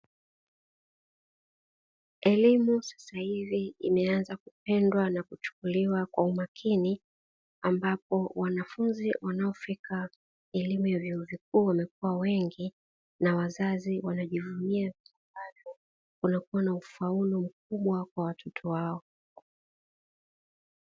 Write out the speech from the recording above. Elimu sasa hivi imeanza kupendwa na kuchukuliwa kwa umakini, ambapo wanafunzi wanaofika elimu ya vyuo vikuu wamekuwa wengi, na wazazi wanajivunia unakuwa na ufaulu mkubwa kwa watoto wao.